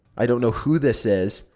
i don't know who this is.